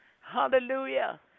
hallelujah